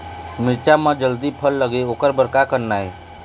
मिरचा म जल्दी फल लगे ओकर बर का करना ये?